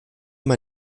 man